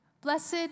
Blessed